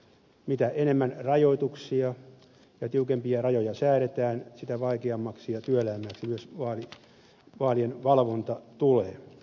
mitä enemmän rajoituksia ja mitä tiukempia rajoja säädetään sitä vaikeammaksi ja työläämmäksi myös vaalien valvonta tulee